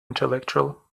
intellectual